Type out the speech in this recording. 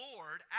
Lord